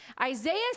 Isaiah